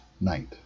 night